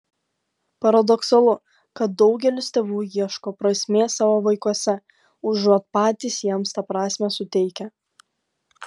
paradoksalu kad daugelis tėvų ieško prasmės savo vaikuose užuot patys jiems tą prasmę suteikę